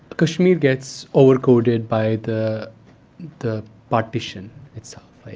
kashmir gets overcoded by the the partition itself.